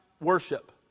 worship